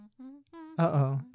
uh-oh